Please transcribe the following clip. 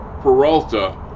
Peralta